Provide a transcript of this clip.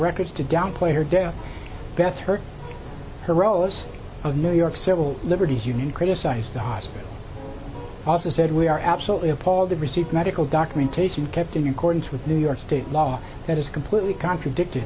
records to downplay her death beth her heroes of new york civil liberties union criticized the hospital also said we are absolutely appalled to receive medical documentation kept in your corns with new york state law that is completely contradicted